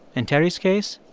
in terry's case.